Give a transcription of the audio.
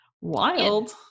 wild